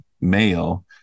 male